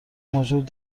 موجود